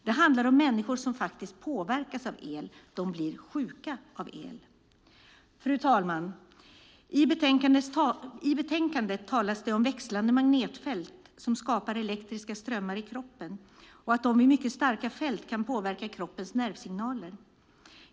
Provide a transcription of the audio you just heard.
Det handlar om människor som faktiskt påverkas av el. De blir sjuka av el. Fru talman! I betänkandet talas det om växlande magnetfält som skapar elektriska strömmar i kroppen och att de vid mycket starka fält kan påverka kroppens nervsignaler.